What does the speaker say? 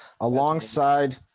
alongside